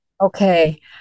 okay